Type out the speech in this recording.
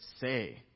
say